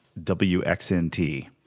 WXNT